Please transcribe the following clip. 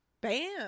Bam